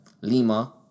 Lima